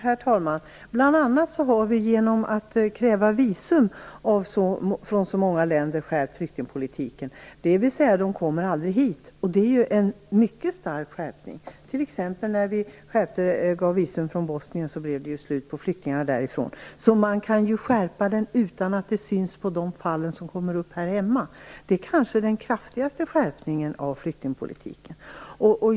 Herr talman! Det är bl.a. genom att kräva visum från så många länder som vi har skärpt flyktingpolitiken. Flyktingarna kommer aldrig hit, och det innebär ju en mycket stark skärpning. När vi t.ex. införde visumtvång för bosnier, blev det ju slut på flyktingar därifrån. Man kan alltså skärpa politiken utan att det syns på de fall som kommer upp här hemma. Den skärpningen av flyktingpolitiken är kanske den kraftigaste.